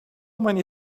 many